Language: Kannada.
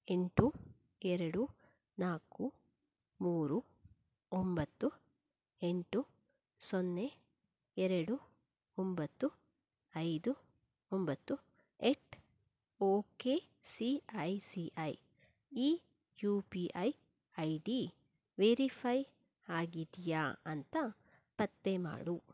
ಎಂಟು ಎರಡು ನಾಲ್ಕು ಮೂರು ಒಂಬತ್ತು ಎಂಟು ಸೊನ್ನೆ ಎರಡು ಒಂಬತ್ತು ಐದು ಒಂಬತ್ತು at okay C I C I ಈ U P I I D verify ಆಗಿದೆಯಾ ಅಂತ ಪತ್ತೆ ಮಾಡು